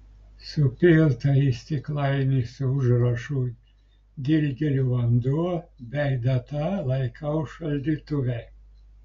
supiltą į stiklainį su užrašu dilgėlių vanduo bei data laikau šaldytuve